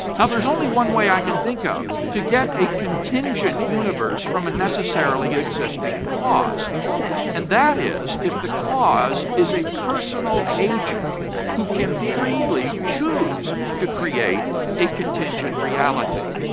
is only one way i can think of to get a contingent universe from a necessarily existing cause and that is if the cause is a personal agent who can freely choose to create a contingent reality.